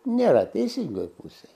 nėra teisingoj pusėj